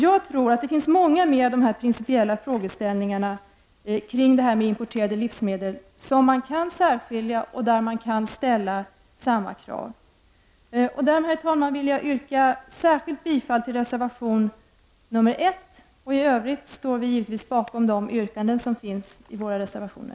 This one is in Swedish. Jag tror att det när det gäller importerade livsmedel finns många fler sådana principiella frågeställningar som kan särskiljas och där man kan ställa samma krav. Därmed, herr talman, vill jag särskilt yrka bifall till reservation nr 1, och i övrigt står vi givetvis bakom de yrkanden som finns i våra reservationer.